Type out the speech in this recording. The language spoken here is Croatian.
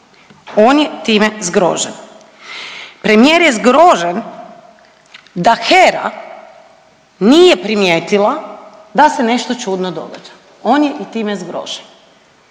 on je time zgrožen. Premijer je zgrožen da HERA nije primijetila da se nešto čudno događa, on je i time zgrožen.